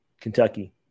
Kentucky